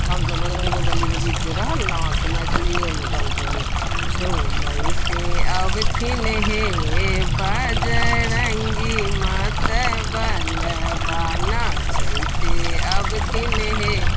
तऽ हमसब बजरङ्गोवलीके गीत जे रहल नऽ से मैथिलियेमे गबैत रहलहुँ झुमैते अबथिन हे बजरङ्गी मतबलबा नचैते अबथिन हे